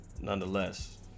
nonetheless